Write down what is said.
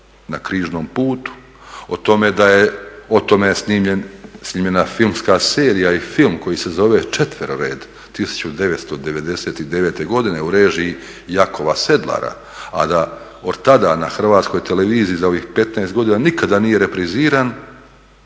na križnom putu, o tome je snimljena filmska serija i film koji se zove Četverored 1999. godine u režiji Jakova Sedlara, a da od tada na Hrvatskoj televiziji za ovih 15 godina nikada nije repriziran,